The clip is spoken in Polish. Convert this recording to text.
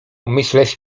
myśleć